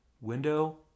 window